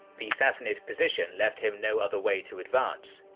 the sassanid position left him no other way to advance.